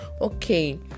Okay